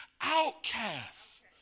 outcasts